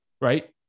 right